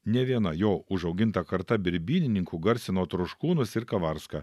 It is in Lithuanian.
ne viena jo užauginta karta birbynininkų garsino troškūnus ir kavarską